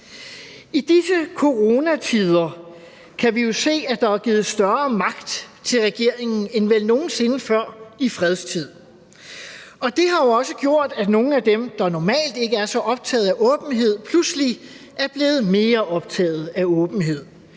I disse coronatider kan vi jo se, at der er givet større magt til regeringen end vel nogen sinde før i fredstid, og det har jo også gjort, at nogle af dem, der normalt ikke er så optaget af åbenhed, pludselig er blevet mere optaget af åbenhed.